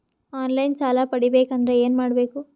On line ಸಾಲ ಪಡಿಬೇಕಂದರ ಏನಮಾಡಬೇಕು?